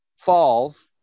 falls